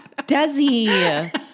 Desi